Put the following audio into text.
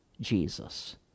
jesus